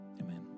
amen